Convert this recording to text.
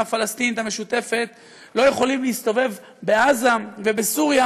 הפלסטינית המשותפת לא יכולים להסתובב בעזה ובסוריה,